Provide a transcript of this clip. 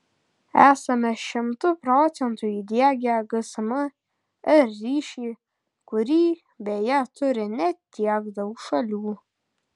esame šimtu procentų įdiegę gsm r ryšį kurį beje turi ne tiek daug šalių